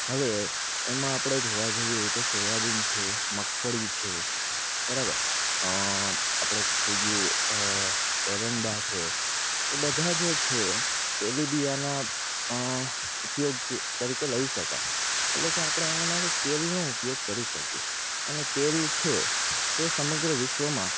હવે એમાં આપણે જોવા જઈએ તો સોયાબિન છે મગફળી છે બરાબર આપણે થઈ ગયું એરંડા છે એ બધા જે છે તેલીબિયાંના ઉપયોગ તરીકે લઈ શકાય એટલે કે આપણે તેનામાંથી તેલનો ઉપયોગ અને તેલ છે તે સમગ્ર વિશ્વમાં